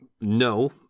No